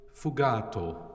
fugato